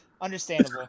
Understandable